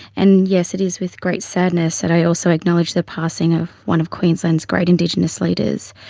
and yes, it is with great sadness that i also acknowledge the passing of one of queensland's great indigenous leaders,